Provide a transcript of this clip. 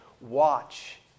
watch